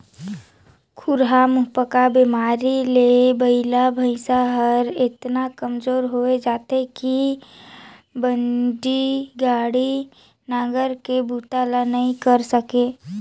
खुरहा मुहंपका बेमारी ले बइला भइसा हर एतना कमजोर होय जाथे कि बजनी गाड़ी, नांगर के बूता ल नइ करे सके